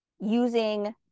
using